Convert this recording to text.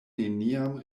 neniam